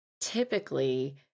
typically